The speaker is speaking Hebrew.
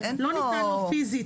לא ניתן לו פיזית.